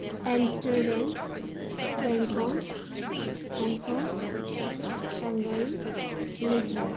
Amsterdam Bangkok Hong Kong Shanghai Lisbon